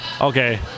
Okay